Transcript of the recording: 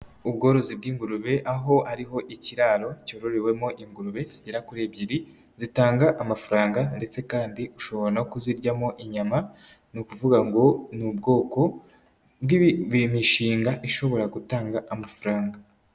Ubworozi bw'ingurube aho ari ho ikiraro cyororewemo ingurube zigera kuri ebyiri, zitanga amafaranga ndetse kandi ushobora no kuziryamo inyama, ni ukuvuga ngo ni ubwoko bw'imishinga ishobora gutanga amafaranga.